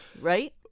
Right